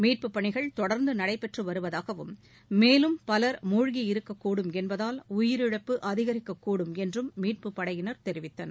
மீட்புப்பணிகள் தொடர்ந்து நடைபெற்று வருவதாகவும் மேலும் பவர் மூழ்கியிருக்கக்கூடும் என்பதால் உயிரிழப்பு அதிகரிக்கக்கூடும் என்றும் மீட்புப்படையினர் தெரிவித்தனர்